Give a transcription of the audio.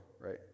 right